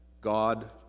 God